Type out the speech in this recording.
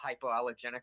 hypoallergenic